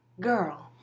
girl